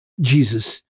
Jesus